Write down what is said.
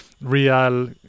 real